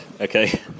okay